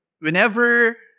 Whenever